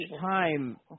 time